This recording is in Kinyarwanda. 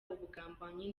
ubugambanyi